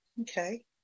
Okay